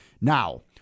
Now